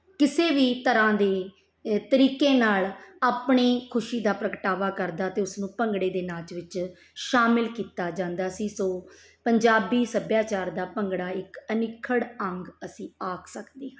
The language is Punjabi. ਕਿਸੇ ਵੀ ਤਰ੍ਹਾਂ ਦੇ ਤਰੀਕੇ ਨਾਲ ਆਪਣੀ ਖੁਸ਼ੀ ਦਾ ਪ੍ਰਗਟਾਵਾ ਕਰਦਾ ਅਤੇ ਉਸਨੂੰ ਭੰਗੜੇ ਦੇ ਨਾਚ ਵਿੱਚ ਸ਼ਾਮਿਲ ਕੀਤਾ ਜਾਂਦਾ ਸੀ ਸੋ ਪੰਜਾਬੀ ਸੱਭਿਆਚਾਰ ਦਾ ਭੰਗੜਾ ਇੱਕ ਅਨਿਖੜ ਅੰਗ ਅਸੀਂ ਆਖ ਸਕਦੇ ਹਾਂ